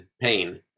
pain